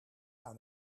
aan